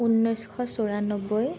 ঊনৈছশ চৌৰান্নব্বৈ